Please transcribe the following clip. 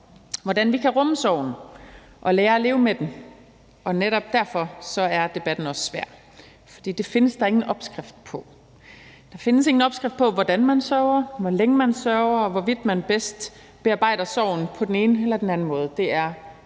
hvordan vi kan rumme sorgen og lære at leve med den. Og netop derfor er debatten også svær, for det findes der ingen opskrift på. Der findes ingen opskrift på, hvordan man sørger, hvor længe man sørger, og hvorvidt man bedst bearbejder sorgen på den ene eller den anden måde.